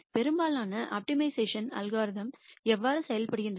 பெரும்பாலான optimisation algorithm எவ்வாறு செயல்படுகின்றன